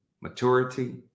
maturity